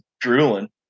drooling